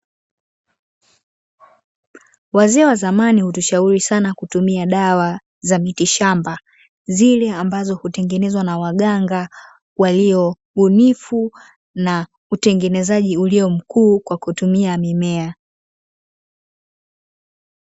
Wazee wa zamani ulishauri sana kutumia dawa za miti shamba, zile ambazo hutengenezwa na waganga waliobunifu na utengenezaji ulio mkuu kwa kutumia mimea